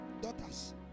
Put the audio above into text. daughters